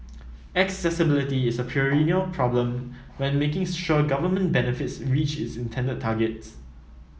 accessibility is a perennial problem when making sure government benefits reach its intended targets